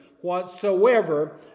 whatsoever